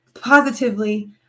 positively